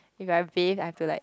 if I bathe I have to like